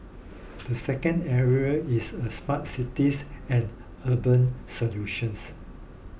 the second area is a smart cities and urban solutions